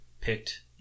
picked